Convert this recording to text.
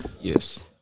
Yes